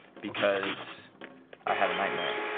because i had a nightmare,